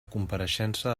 compareixença